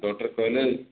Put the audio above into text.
doctor କହିଲେ